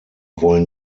wollen